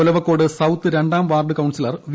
Olavakkode south രണ്ടാം ward councillor V